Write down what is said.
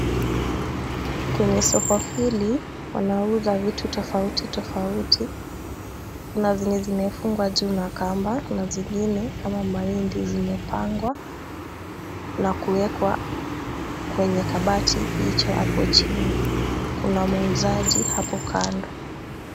Kwenye soko hili, wanauza vitu tofautitofauti. Kuna zenye zimefungwa juu na kamba na zingine kama mahindi zimepangwa na kuwekwa kwenye kabati hicho hapo chini. Kuna muuzaji hapo kando.